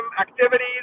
activities